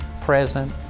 present